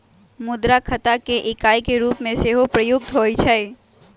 मुद्रा खता के इकाई के रूप में सेहो प्रयुक्त होइ छइ